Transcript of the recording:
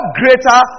greater